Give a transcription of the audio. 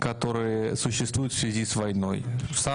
על